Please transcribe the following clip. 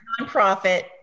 nonprofit